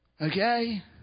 Okay